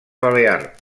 balear